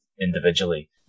individually